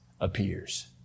appears